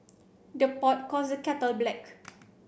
the pot calls the kettle black